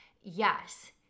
Yes